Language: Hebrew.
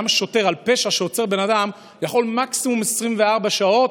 גם שוטר שעוצר בן אדם על פשע יכול מקסימום ל-24 שעות,